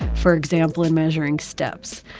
for example in measuring steps.